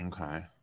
Okay